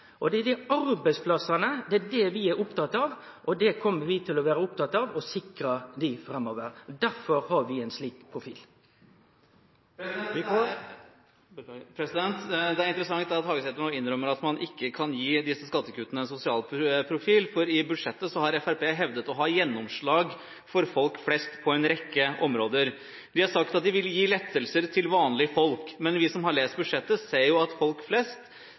og til å tryggje arbeidsplassane. Det er arbeidsplassane vi er opptekne av, og dei kjem vi til å vere opptekne av å sikre framover, og derfor har vi ein slik profil. Det er interessant at Hagesæter nå innrømmer at man ikke kan gi disse skattekuttene en sosial profil, for i budsjettet har Fremskrittspartiet hevdet å ha fått gjennomslag for folk flest på en rekke områder. De har sagt at de vil gi lettelser til vanlige folk, men vi som har lest budsjettet, ser jo at lettelsene til folk flest